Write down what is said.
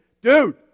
dude